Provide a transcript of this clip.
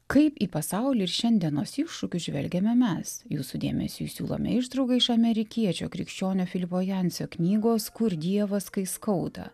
kaip į pasaulį ir šiandienos iššūkius žvelgiame mes jūsų dėmesiui siūlome ištrauką iš amerikiečio krikščionio filipo jancio knygos kur dievas kai skauda